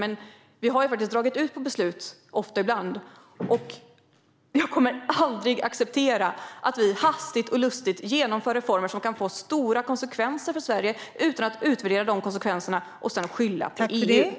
Men vi har faktiskt dragit ut på beslut ibland. Jag kommer aldrig att acceptera att vi hastigt och lustigt utan att utvärdera dem genomför reformer som kan få stora konsekvenser för Sverige samtidigt som vi skyller på EU.